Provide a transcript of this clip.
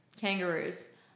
Kangaroos